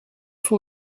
sont